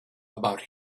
about